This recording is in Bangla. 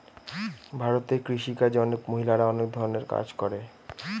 ভারতে কৃষি কাজে অনেক মহিলারা অনেক ধরনের কাজ করে